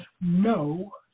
no